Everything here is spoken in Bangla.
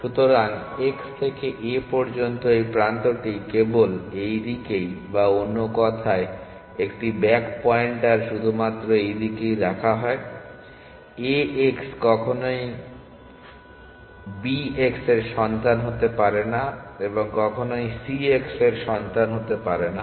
সুতরাং x থেকে a পর্যন্ত এই প্রান্তটি কেবল এই দিকেই বা অন্য কথায় একটি ব্যাক পয়েন্টার শুধুমাত্র এই দিকেই রাখা হয় a x কখনই কখনও bx এর সন্তান হতে পারে না এবং কখনই c x এর সন্তান হতে পারে না